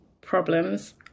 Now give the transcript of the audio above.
problems